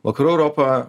vakarų europa